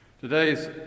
Today's